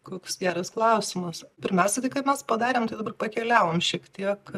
koks geras klausimas pirmiausia tai ką mes padarėm tai dabar pakeliavom šiek tiek